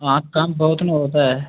हां कम्म बहुत न ओह् ते ऐ